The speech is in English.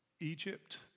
Egypt